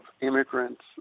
immigrants